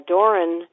Doran